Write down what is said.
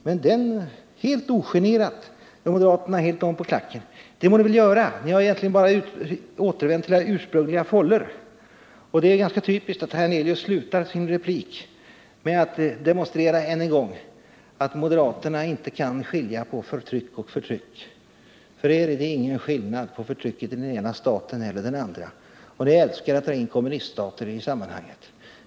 Men helt ogenerat vänder moderaterna helt om på klacken. Det må ni väl göra — ni har egentligen bara återvänt till era ursprungliga fållor. Det är ganska typiskt att herr Hernelius slutar sin replik med att än en gång demonstrera att moderaterna inte kan skilja på förtryck och förtryck. För er är det ingen skillnad på förtrycket i den ena staten och den andra, och ni älskar att ta in kommuniststater i sammanhanget.